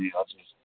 ए हजुर